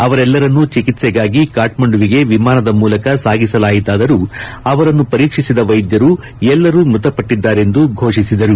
ಅವರೆಲ್ಲರನ್ನೂ ಚಿಕಿತ್ಸೆಗಾಗಿ ಕಾಕ್ಸಂಡುವಿಗೆ ವಿಮಾನದ ಮೂಲಕ ಸಾಗಿಸಲಾಯಿತಾದರೂ ಅವರನ್ನು ಪರೀಕ್ಷಿಸಿದ ವೈದ್ಯರು ಎಲ್ಲರೂ ಮೃತಪಟ್ಟಿದ್ದಾರೆಂದು ಘೋಷಿಸಿದ್ದರು